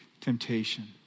temptation